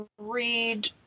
read